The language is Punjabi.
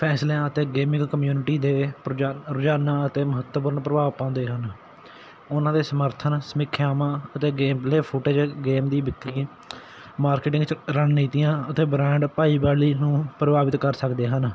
ਫੈਸਲਿਆਂ ਅਤੇ ਗੇਮਿੰਗ ਕਮਿਊਨਿਟੀ ਦੇ ਪਰੋ ਰੁਝਾਨਾਂ ਅਤੇ ਮਹੱਤਵਪੂਰਨ ਪ੍ਰਭਾਵ ਪਾਉਂਦੇ ਹਨ ਉਹਨਾਂ ਦੇ ਸਮਰਥਨ ਸਮੀਖਿਆਵਾਂ ਅਤੇ ਗੇਮ ਪਲੇ ਫੁਟੇਜ ਗੇਮ ਦੀ ਵਿਕਰੀ ਮਾਰਕੀਟਿੰਗ 'ਚ ਰਣਨੀਤੀਆਂ ਅਤੇ ਬ੍ਰਾਂਡ ਭਾਈਵਾਲੀ ਨੂੰ ਪ੍ਰਭਾਵਿਤ ਕਰ ਸਕਦੇ ਹਨ